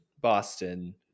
boston